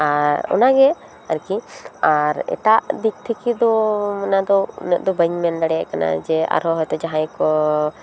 ᱟᱨ ᱚᱱᱟ ᱜᱮ ᱟᱨᱠᱤ ᱟᱨ ᱮᱴᱟᱜ ᱫᱤᱠ ᱛᱷᱮᱠᱮ ᱫᱚ ᱚᱱᱟ ᱩᱱᱟᱹᱜ ᱫᱚ ᱵᱟᱹᱧ ᱢᱮᱱ ᱫᱟᱲᱮᱭᱟᱜ ᱠᱟᱱᱟ ᱡᱮ ᱟᱨᱦᱚᱸ ᱦᱳᱭᱛᱳ ᱡᱟᱦᱟᱸᱭ ᱠᱚ